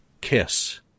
kiss